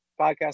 podcast